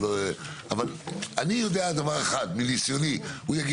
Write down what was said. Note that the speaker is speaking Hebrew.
בכל מקרה, מניסיוני אני יודע